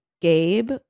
Gabe